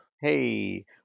Hey